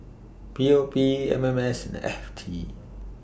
P O P M M S and F T